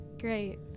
great